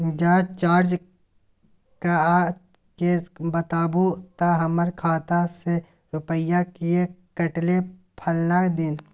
ज जॉंच कअ के बताबू त हमर खाता से रुपिया किये कटले फलना दिन?